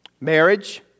Marriage